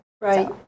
Right